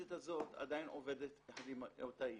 העובדת הזאת עדיין עובדת יחד עם אותה אימא,